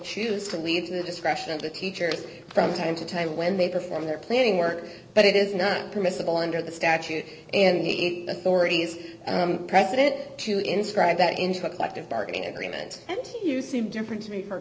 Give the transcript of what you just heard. choose to leave the discretion of the teachers from time to time when they perform their planning work but it is not permissible under the statute and authorities precedent to inscribe that into a collective bargaining agreement and you seem different to me or